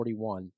41